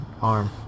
arm